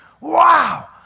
Wow